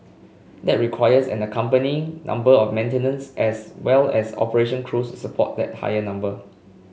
that requires an accompanying number of maintenance as well as operation crews to support that higher number